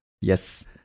yes